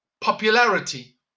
popularity